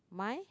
my